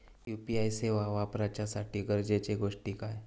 UPI सेवा वापराच्यासाठी गरजेचे गोष्टी काय?